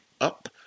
up